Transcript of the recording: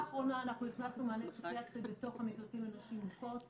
בשנה האחרונה אנחנו הכנסנו מענה פסיכיאטרי בתוך המקלטים לנשים מוכות.